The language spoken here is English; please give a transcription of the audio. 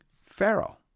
Pharaoh